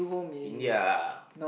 India ah